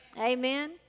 Amen